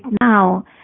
now